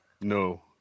No